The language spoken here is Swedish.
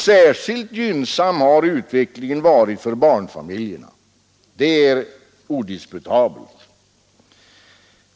Särskilt gynnsam har utvecklingen varit för barnfamiljerna — det är odisputabelt.